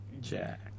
Jack